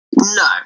No